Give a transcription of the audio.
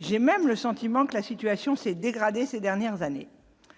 j'ai même le sentiment que la situation s'est dégradée ces dernières années